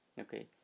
okay